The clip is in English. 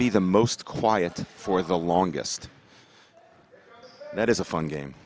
be the most quiet for the longest that is a fun game